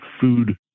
food